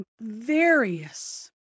various